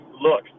look